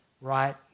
right